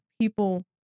people